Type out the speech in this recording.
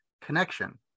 connection